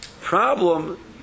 problem